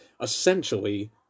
essentially